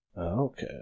Okay